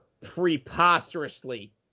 preposterously